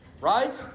right